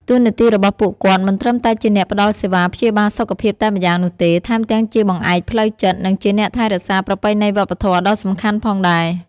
តួនាទីរបស់ពួកគាត់មិនត្រឹមតែជាអ្នកផ្តល់សេវាព្យាបាលសុខភាពតែម្យ៉ាងនោះទេ ថែមទាំងជាបង្អែកផ្លូវចិត្ត និងជាអ្នកថែរក្សាប្រពៃណីវប្បធម៌ដ៏សំខាន់ផងដែរ។